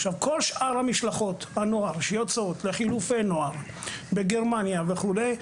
כל שאר משלחות הנוער שיוצאות לחילופי נוער בגרמניה וכולי,